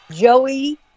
Joey